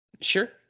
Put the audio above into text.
Sure